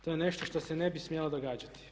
To je nešto što se ne bi smjelo događati.